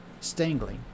Stangling